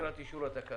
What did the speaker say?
לקראת אישור התקנות.